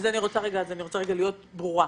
אני רוצה רגע להיות ברורה.